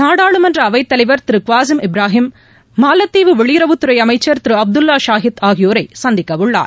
நாடாளுமன்றஅவைத்தலைவர் திருக்வாசிம் இப்ராஹிம் மாலத்தீவு வெளியறவுத்துறை அமைச்சர் திருஅப்துல்லா ஷாஹித் ஆகியோரைசந்திக்கவுள்ளார்